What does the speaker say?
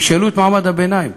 תשאלו את מעמד הביניים.